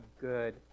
good